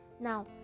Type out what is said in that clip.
now